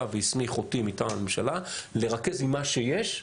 והסמיך אותי מטעם הממשלה לרכז עם מה שיש,